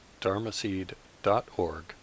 dharmaseed.org